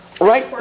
Right